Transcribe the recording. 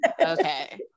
Okay